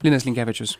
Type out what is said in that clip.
linas linkevičius